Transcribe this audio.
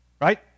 right